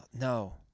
no